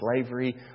slavery